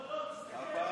לא, לא, תסתכל.